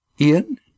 Ian